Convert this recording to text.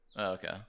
Okay